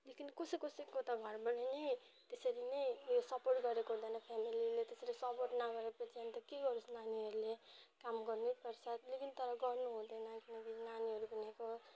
लेकिन कसै कसैको त घरबाट नै त्यसरी नै यो सपोर्ट गरेको हुँदैन फेमिलीले त्यसरी सपोर्ट नगरेपछि अन्त के गरोस् नानीहरूले काम गर्नै पर्छ लेकिन तर गर्नु हुँदैन किनकि नानीहरू भनेको